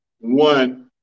one